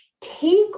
take